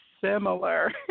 Similar